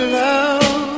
love